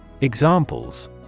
Examples